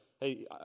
hey